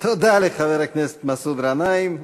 תודה לחבר הכנסת מסעוד גנאים.